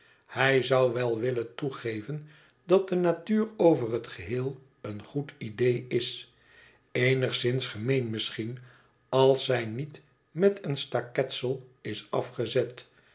hij zou wel willen toegeven dat de natuur over het geheel een goed idee is eenigszins gemeen misschien als zij niet met een staketsel is afgezet